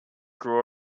grew